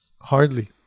hardly